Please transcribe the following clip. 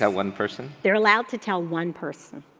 ah one person? they're allowed to tell one person,